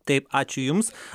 taip ačiū jums